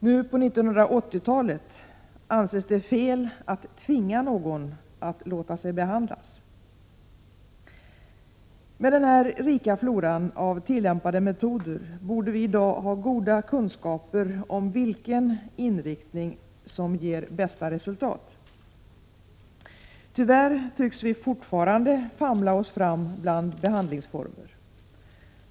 Nu, på 1980-talet, anses det fel att tvinga någon att låta sig behandlas. Med den här rika floran av tillämpade metoder borde vi i dag ha goda kunskaper om vilken inriktning som ger bäst resultat. Tyvärr tycks vi fortfarande famla oss fram bland behandlingsformer.